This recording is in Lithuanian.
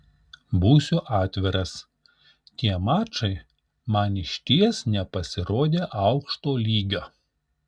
būsiu atviras tie mačai man išties nepasirodė aukšto lygio